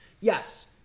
Yes